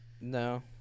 No